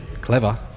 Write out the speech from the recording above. clever